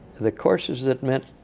the courses that meant